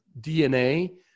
DNA